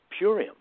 Purium